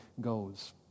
goes